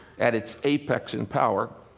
at its apex in power.